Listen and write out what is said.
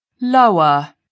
Lower